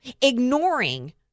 ignoring